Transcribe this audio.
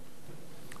בבקשה, אדוני.